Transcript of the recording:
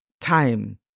time